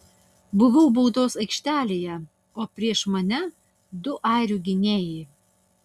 buvau baudos aikštelėje o prieš mane du airių gynėjai